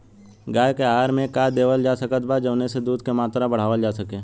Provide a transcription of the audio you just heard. गाय के आहार मे का देवल जा सकत बा जवन से दूध के मात्रा बढ़ावल जा सके?